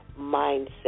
mindset